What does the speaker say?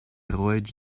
roet